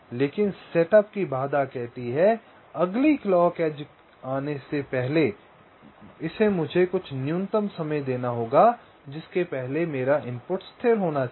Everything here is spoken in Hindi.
लेकिन सेटअप की बाधा कहती है कि अगली क्लॉक की एज आने से पहले इसे मुझे कुछ न्यूनतम समय देना होगा जिसके पहले इनपुट स्थिर होना चाहिए